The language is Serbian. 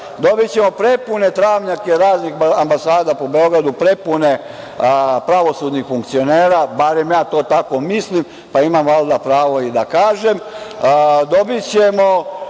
Dobićemo prepune travnjake raznih ambasada po Beogradu, prepune pravosudnih funkcionera, barem ja to tako mislim, pa imam valjda pravo i da kažem.